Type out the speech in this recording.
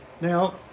Now